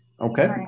Okay